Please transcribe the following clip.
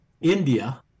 India